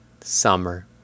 Summer